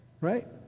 Right